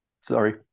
sorry